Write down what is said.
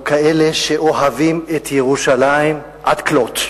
כאלה שאוהבים את ירושלים עד כלות.